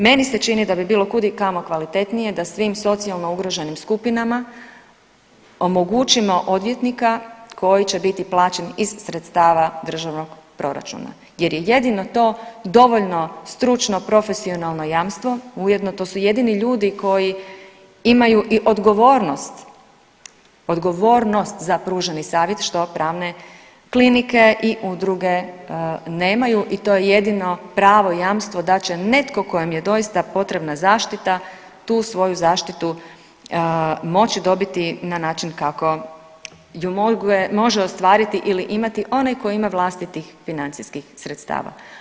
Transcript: Meni se čini da bi bilo kud i kamo kvalitetnije da svim socijalno ugroženim skupinama omogućimo odvjetnika koji će biti plaćen iz sredstava državnog proračuna jer je jedino to dovoljno stručno profesionalno jamstvo, ujedno to su jedini ljudi koji imaju i odgovornost, odgovornost za pruženi savjet što pravne klinike i udruge nemaju i to je jedino pravo jamstvo da će netko kojem je doista potrebna zaštita tu svoju zaštitu moći dobiti na način kako ju može ostvariti ili imati onaj koji ima vlastitih financijskih sredstava.